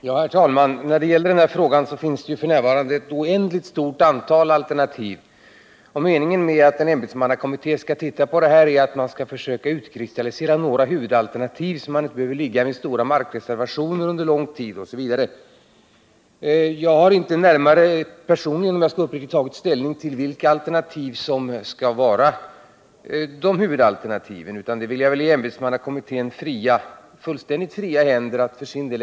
Herr talman! När det gäller den här frågan finns det f. n. ett oändligt stort antal alternativ. Meningen med ämbetsmannakommittén är att den skall försöka utkristallisera några huvudalternativ, så att man inte behöver ligga med stora markreserver under lång tid, osv. Om jag skall vara uppriktig har jag personligen inte närmare tagit ställning till vilka alternativ som skall vara huvudalternativen, utan dem vill jag ge ämbetsmannakommittén fullständigt fria händer att lägga fram.